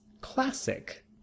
classic